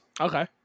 okay